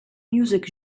music